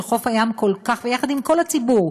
ויחד עם כל הציבור,